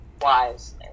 wise